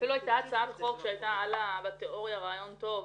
אפילו הייתה הצעת חוק שהייתה בתיאוריה רעיון טוב,